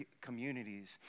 communities